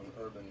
urban